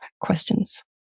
questions